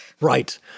Right